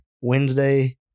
Wednesday